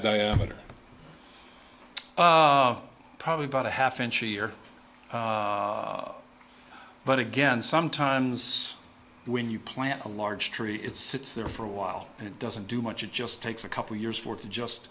diameter of probably about a half inch a year but again sometimes when you plant a large tree it sits there for a while and it doesn't do much it just takes a couple of years for to just